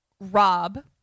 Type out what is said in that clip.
rob